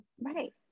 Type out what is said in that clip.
right